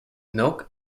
milk